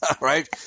right